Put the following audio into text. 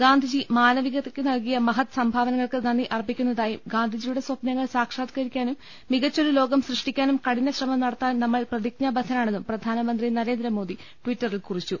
ഗാന്ധിജി മാന വികതയ്ക്ക് നൽകിയ മഹദ് സംഭാവനകൾക്ക് നന്ദി അർപ്പി ക്കുന്നതായും ഗാന്ധിജിയുടെ സൃപ്നങ്ങൾ സാക്ഷാത്കരി ക്കാനും മികച്ചൊരു ലോകം സൃഷ്ടിക്കാനും കഠിനശ്രമം നട ത്താൻ നമ്മൾ പ്രതിജ്ഞാബദ്ധരാണെന്നും പ്രധാനമന്ത്രി നരേന്ദ്രമോദി ട്വിറ്ററിൽ കുറിച്ചു